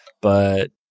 But-